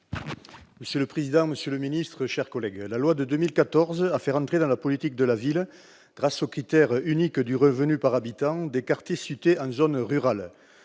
Monsieur le président, monsieur le ministre, mes chers collègues, la loi de 2014 a fait rentrer dans la politique de la ville, grâce au critère unique du revenu par habitant, des quartiers situés en zones rurales.